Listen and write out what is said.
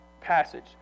passage